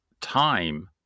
time